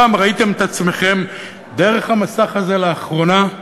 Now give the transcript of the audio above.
פעם ראיתם את עצמכם דרך המסך הזה, לאחרונה?